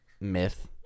myth